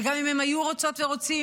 וגם אם הם היו רוצות ורוצים,